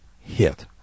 hit